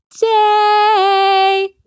day